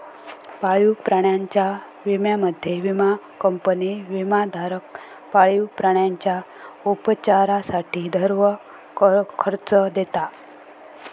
पाळीव प्राण्यांच्या विम्यामध्ये, विमा कंपनी विमाधारक पाळीव प्राण्यांच्या उपचारासाठी सर्व खर्च देता